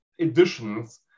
editions